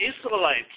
Israelites